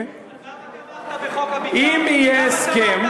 למה תמכת בחוק הבקעה?